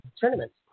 tournaments